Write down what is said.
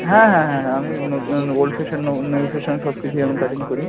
হ্যাঁ হ্যাঁ হ্যাঁ হ্যাঁ আমি নতুন ওল্ড ফ্যাশান ও নিউ ফ্যাশান সব কিছুই আমি কাটিং করি